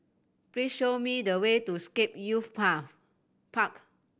please show me the way to Scape Youth Path Park